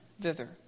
thither